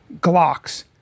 glocks